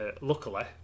luckily